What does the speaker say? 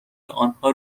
آنها